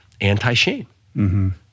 anti-shame